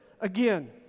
again